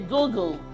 Google